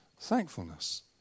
thankfulness